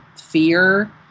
fear